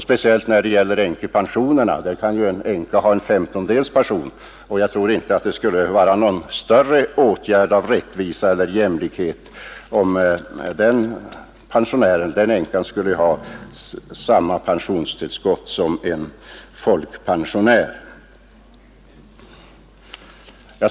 Speciellt när det gäller änkepensionerna — där kan ju en änka ha en femtondels pension — tror jag inte det skulle vara någon större rättviseeller jämlikhetsåtgärd om vederbörande skulle ha samma pensionstillskott som en folkpensionär.